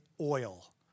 oil